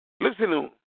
Listen